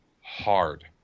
hard